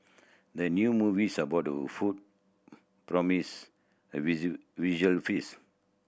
the new movies about food promise a visual feast